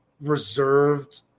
reserved